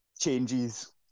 changes